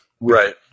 Right